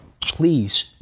please